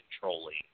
controlling